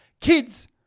kids